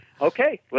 okay